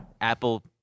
Apple